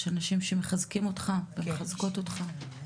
יש אנשים שמחזקים ומחזקות אותך.